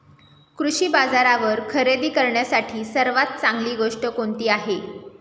कृषी बाजारावर खरेदी करण्यासाठी सर्वात चांगली गोष्ट कोणती आहे?